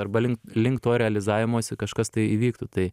arba link link to realizavimosi kažkas tai įvyktų tai